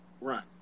run